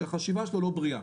שהחשיבה שלו לא בריאה.